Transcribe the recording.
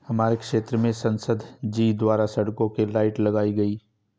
हमारे क्षेत्र में संसद जी द्वारा सड़कों के लाइट लगाई गई